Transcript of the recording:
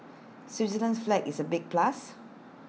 Switzerland's flag is A big plus